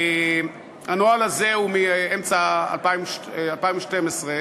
הנוהל הזה הוא מאמצע 2012,